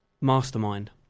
Mastermind